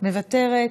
מוותרת.